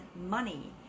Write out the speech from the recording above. money